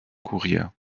kurier